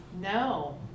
No